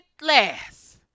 last